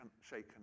shaken